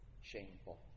shameful